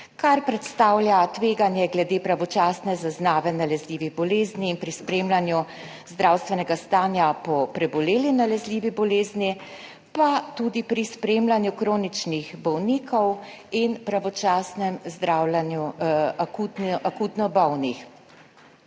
kar predstavlja tveganje glede pravočasne zaznave nalezljivih bolezni in pri spremljanju zdravstvenega stanja po preboleli nalezljivi bolezni, pa tudi pri spremljanju kroničnih bolnikov in pravočasnem zdravljenju akutno bolnih.